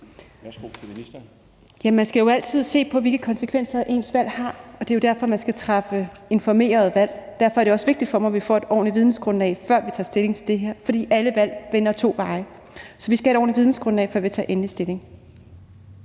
Man skal jo altid se på, hvilke konsekvenser ens valg har, og det er jo derfor, man skal træffe informerede valg. Derfor er det også vigtigt for mig, at vi får et ordentligt vidensgrundlag, før vi tager stilling til det her, for alle valg vender to veje. Så vi skal have et ordentligt vidensgrundlag, før vi tager endeligt stilling.